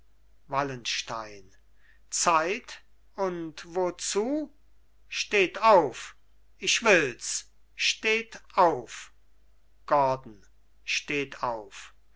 wallenstein zeit und wozu steht auf ich wills steht auf gordon steht auf